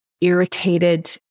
irritated